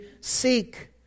seek